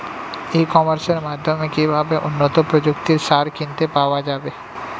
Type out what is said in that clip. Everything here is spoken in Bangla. ই কমার্সের মাধ্যমে কিভাবে উন্নত প্রযুক্তির সার কিনতে পাওয়া যাবে?